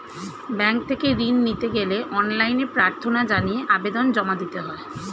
bank থেকে ঋণ নিতে গেলে অনলাইনে প্রার্থনা জানিয়ে আবেদন জমা দিতে হয়